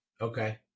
Okay